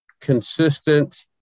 consistent